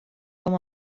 com